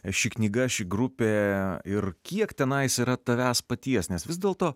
ši knyga ši grupė ir kiek tenais yra tavęs paties nes vis dėlto